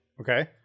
Okay